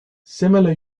similar